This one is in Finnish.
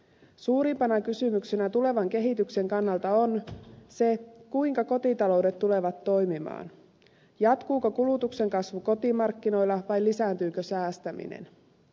suurimpana kysymyksenä tulevan kehityksen kannalta on se kuinka kotitaloudet tulevat toimimaan jatkuuko kulutuksen kasvu kotimarkkinoilla vai lisääntyykö säästäminen